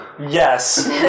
Yes